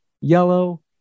yellow